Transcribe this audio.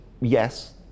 yes